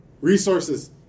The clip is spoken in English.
resources